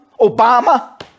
Obama